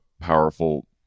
powerful